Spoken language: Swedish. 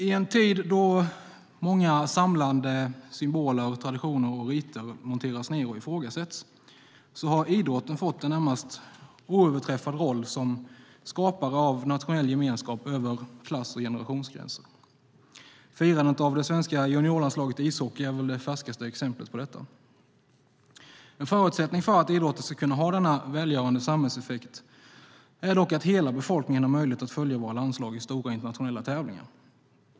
I en tid då många samlande symboler, traditioner och riter monteras ned och ifrågasätts har idrotten fått en närmast oöverträffad roll som skapare av nationell gemenskap över klass och generationsgränser. Firandet av det svenska juniorlandslaget i ishockey är väl det färskaste exemplet på detta. En förutsättning för att idrotten ska kunna ha denna välgörande samhällseffekt är dock att hela befolkningen har möjlighet att följa våra landslag i stora internationella tävlingar.